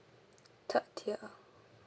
third tier